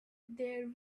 there